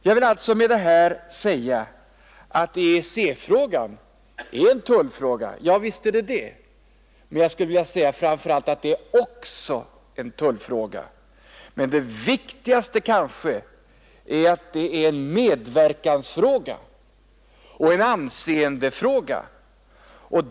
Jag vill alltså med detta säga att EEC-frågan också är en tullfråga men att den kanske i första hand är en medverkansfråga och en anseendefråga.